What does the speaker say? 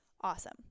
awesome